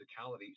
physicality